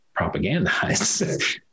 propagandize